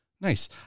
Nice